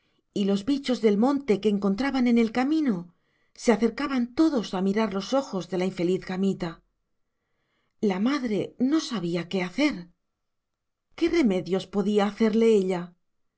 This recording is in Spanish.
y los bichos del monte que encontraban en el camino se acercaban todos a mirar los ojos de la infeliz gamita la madre no sabía qué hacer qué remedios podía hacerle ella